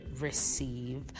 receive